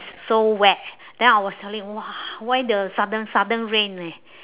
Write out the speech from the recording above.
so wet then I was telling [wah] why the sudden sudden rain leh